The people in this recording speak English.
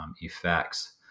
effects